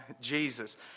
Jesus